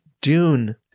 Dune